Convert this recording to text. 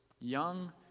young